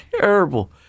terrible